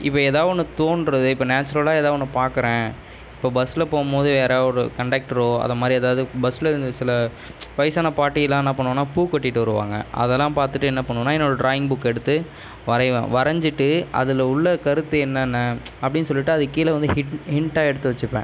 இப்போ எதாது ஒன்று தோண்கிறது இப்போ நேச்சுரலாக எதாது ஒன்று பார்க்குறேன் இப்போ பஸ்ஸில் போகும் போது யாரா ஒரு கண்டக்ட்ரோ அதை மாதிரி எதாவது பஸ்லேருந்த சில வயசான பாட்டிலாம் என்ன பண்ணுவாங்கன்னா பூ கட்டிகிட்டு வருவாங்கள் அதெலாம் பார்த்துட்டு என்ன பண்ணுவேனா என்னோடய டிராயிங் புக்கை எடுத்து வரையிவேன் வரஞ்சுட்டு அதில் உள்ள கருத்து என்னென்ன அப்படின்னு சொல்லிகிட்டு அதுக்கு கீழே வந்து ஹின் ஹின்ட்டாக எடுத்து வச்சுப்பேன்